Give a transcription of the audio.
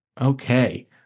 Okay